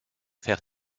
faire